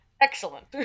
Excellent